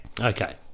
Okay